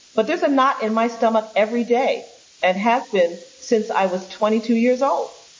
but there's a knot in my stomach every day and has been since i was twenty two years old,